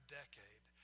decade